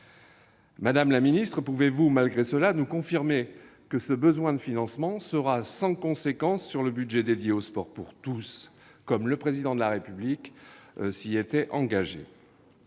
jusqu'en 2025. Pouvez-vous malgré cela nous confirmer que ce besoin de financement sera sans conséquence sur le budget dédié au sport pour tous, comme le Président de la République s'y était engagé ?